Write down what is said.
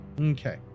Okay